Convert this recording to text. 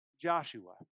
Joshua